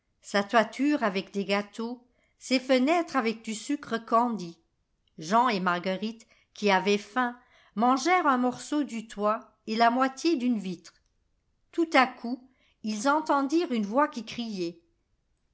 sa toiture avec des gâteaux ses fenêtres avec du sucre candi jean et marguerite qui avaient faim mangèrent un morceau du toit et la moitié dune vitre tout à coup ils entendirent une voix qui criait